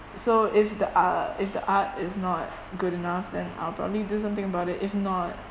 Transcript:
so if the uh if the art is not good enough then I'll probably do something about it if not